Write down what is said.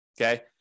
okay